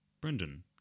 Brendan